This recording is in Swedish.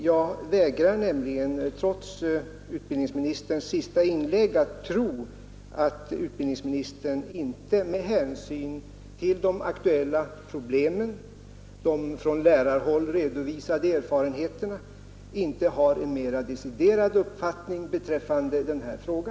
Jag vägrar nämligen, trots utbildningsministerns sista inlägg, att tro att utbildningsministern, med hänsyn till de aktuella problemen och de från lärarhåll redovisade erfarenheterna, inte har en mer deciderad uppfattning beträffande denna fråga.